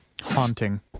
haunting